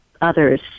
others